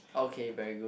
okay very good